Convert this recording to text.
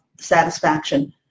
satisfaction